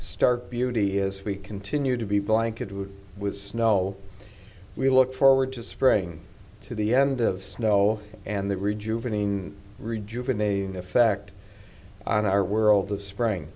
stark beauty as we continue to be blanketed with snow we look forward to spring to the end of snow and the rejuvenating rejuvenating effect on our world of spring